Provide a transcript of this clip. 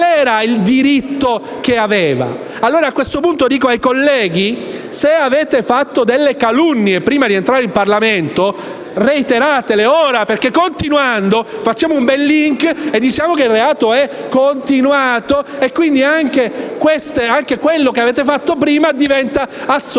Allora a questo punto mi rivolgo ai colleghi: se avete fatto delle calunnie prima di entrare in Parlamento, reiteratele ora, perché, continuando, facciamo un bel *link* e diciamo che il reato è continuato e questo e quello che avete fatto prima viene assolto